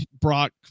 Brock